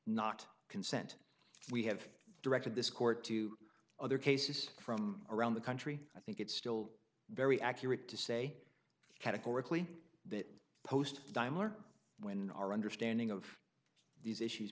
not consent we have directed this court to other cases from around the country i think it's still very accurate to say categorically that post time or when our understanding of these issues